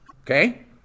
Okay